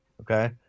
Okay